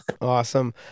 awesome